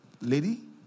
Lady